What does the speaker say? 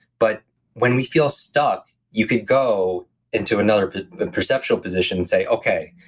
but when we feel stuck, you could go into another perceptual position and say, okay,